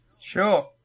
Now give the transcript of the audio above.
Sure